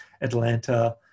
Atlanta